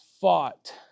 fought